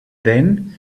then